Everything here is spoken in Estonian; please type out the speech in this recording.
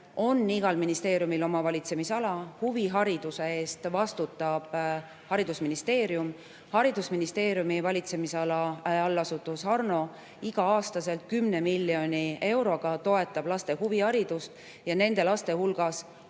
et igal ministeeriumil on oma valitsemisala. Huvihariduse eest vastutab haridusministeerium. Haridusministeeriumi valitsemisala allasutus Harno toetab iga aasta 10 miljoni euroga laste huviharidust. Nende laste hulgas on